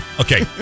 Okay